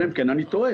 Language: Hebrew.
אלא אם כן אני טועה,